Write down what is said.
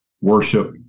worship